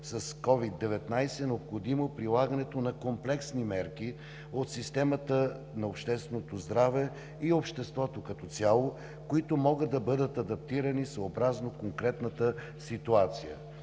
с COVID-19 е необходимо прилагането на комплексни мерки от системата на общественото здраве и обществото като цяло, които могат да бъдат адаптирани съобразно конкретната ситуация.